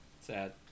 Sad